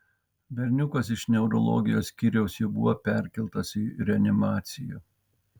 berniukas iš neurologijos skyriaus jau buvo perkeltas į reanimaciją